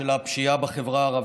שקרן.